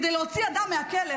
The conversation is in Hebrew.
כדי להוציא אדם מהכלא,